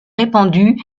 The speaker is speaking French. répandu